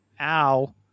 Ow